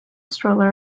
stroller